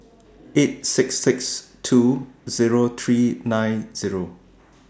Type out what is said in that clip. eight six six two Zero three nine Zero